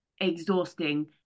exhausting